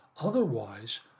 Otherwise